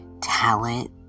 talent